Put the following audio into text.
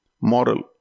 Moral